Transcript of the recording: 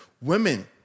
Women